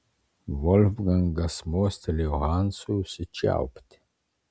volfgangas mostelėjo hansui užsičiaupti